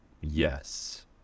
yes